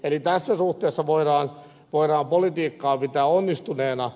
eli tässä suhteessa voidaan politiikkaa pitää onnistuneena